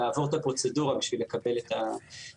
לעבור את הפרוצדורה בשביל לקבל את האישור.